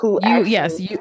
Yes